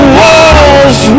walls